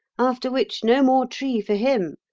after which no more tree for him,